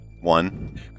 One